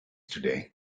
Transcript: today